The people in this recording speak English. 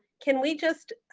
can we just,